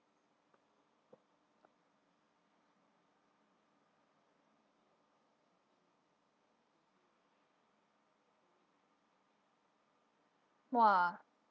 !whoa!